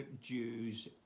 Jews